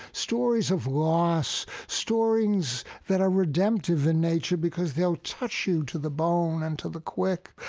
stories of loss, stories that are redemptive in nature, because they'll touch you to the bone and to the quick.